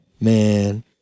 man